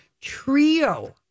trio